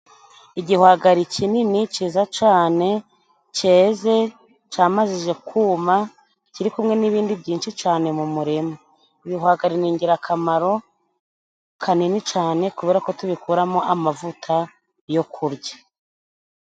Igihwagari kinini ciza cane ceze, camajije kuma kiri kumwe n'ibindi byinshi cane mu murima. Ibihwagari ni ingirakamaro kanini cane, kubera ko tubikuramo amavuta yo kurya.